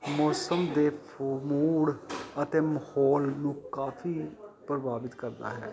ਮੌਸਮ ਦੇ ਫੂ ਮੂਡ ਅਤੇ ਮਾਹੌਲ ਨੂੰ ਕਾਫੀ ਪ੍ਰਭਾਵਿਤ ਕਰਦਾ ਹੈ